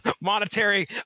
monetary